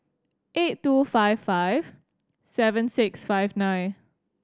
eight two five five seven six five nine